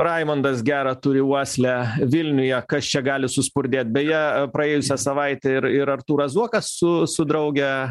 raimundas gerą turi uoslę vilniuje kas čia gali suspurdėt beje praėjusią savaitę ir ir artūras zuokas su su drauge